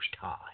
High